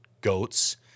goats